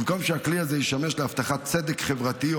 במקום שהכלי הזה ישמש להבטחת צדק חברתי,